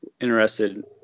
interested